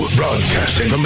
broadcasting